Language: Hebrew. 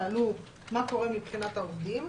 שאלו מה קורה מבחינת העובדים.